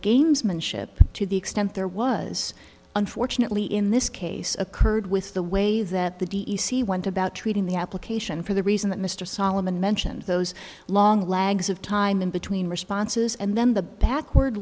gamesmanship to the extent there was unfortunately in this case occurred with the way that the d e c went about treating the application for the reason that mr solomon mentioned those long legs of time in between responses and then the backward